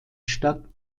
stadt